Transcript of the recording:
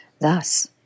Thus